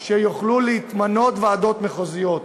יוכלו להתמנות ועדות מחוזיות,